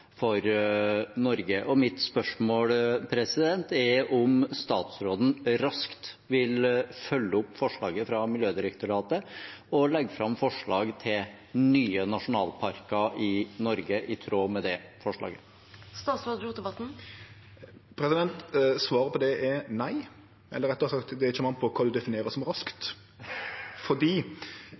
for Norge. Mitt spørsmål er om statsråden raskt vil følge opp forslaget fra Miljødirektoratet og legge fram forslag til nye nasjonalparker i Norge i tråd med det forslaget. Svaret på det er nei – eller rettare sagt, det kjem an på kva ein definerer som